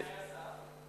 מה תנאי הסף?